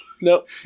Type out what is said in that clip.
Nope